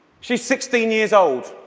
she's sixteen years old.